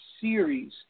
series